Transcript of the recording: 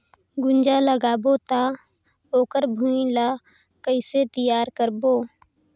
गुनजा लगाबो ता ओकर भुईं ला कइसे तियार करबो?